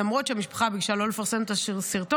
למרות שהמשפחה ביקשה שלא לפרסם את הסרטון,